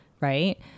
right